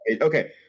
Okay